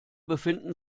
befinden